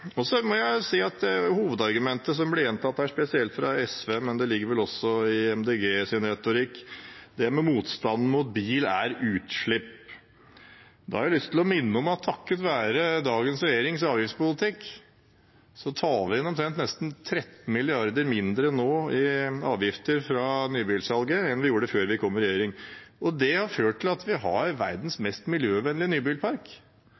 elsparkesykler. Så må jeg si at hovedargumentet som ble gjentatt her – spesielt fra SV, men det ligger vel også i Miljøpartiet De Grønnes retorikk – er at motstanden mot bil er på grunn av utslipp. Da har jeg lyst til å minne om at takket være dagens regjerings avgiftspolitikk tar vi nå inn nesten 13 mrd. kr mindre i avgifter fra nybilsalget enn vi gjorde før vi kom i regjering. Det har ført til at vi har verdens mest miljøvennlige nybilpark.